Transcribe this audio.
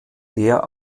der